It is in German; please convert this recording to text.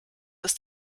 ist